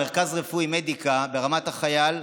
מרכז רפואי Medica ברמת החייל,